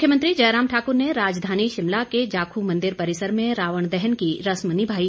मुख्यमंत्री जयराम ठाकुर ने राजधानी शिमला के जाखू मंदिर परिसर में रावण दहन की रस्म निभाई